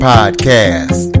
Podcast